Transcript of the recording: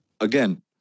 Again